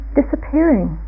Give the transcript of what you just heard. disappearing